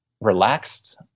relaxed